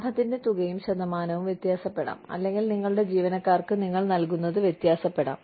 ലാഭത്തിന്റെ തുകയും ശതമാനവും വ്യത്യാസപ്പെടാം അല്ലെങ്കിൽ നിങ്ങളുടെ ജീവനക്കാർക്ക് നിങ്ങൾ നൽകുന്നത് വ്യത്യാസപ്പെടാം